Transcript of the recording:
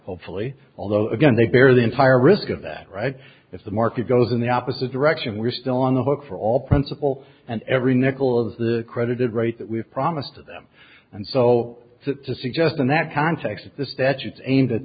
hopefully although again they barely entire risk of that right if the market goes in the opposite direction we're still on the hook for all principle and every nickel of the accredited rate that we've promised to them and so to suggest in that context the statute aimed at